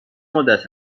مدت